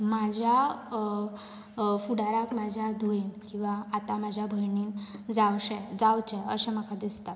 म्हाज्या फुडाराक म्हाज्या धुयेन किंवा आतां म्हज्या भयणीन जांवचें अशें म्हाका दिसतां